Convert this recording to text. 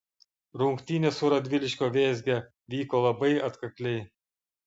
rungtynės su radviliškio vėzge vyko labai atkakliai